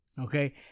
Okay